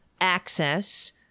access